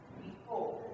behold